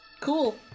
Cool